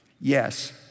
yes